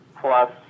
plus